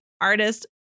artist